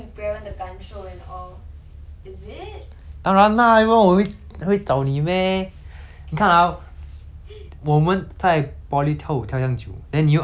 当然 lah 要不然我会会找你 meh 你看啊我们在 poly 跳舞跳这样久 then 你又 under 我 like 几年 liao 还是一两年两年 right